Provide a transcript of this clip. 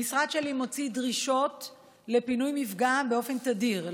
המשרד שלי מוציא דרישות לפינוי מפגע באופן תדיר,